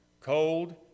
cold